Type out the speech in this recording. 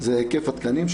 זה היקף התקנים,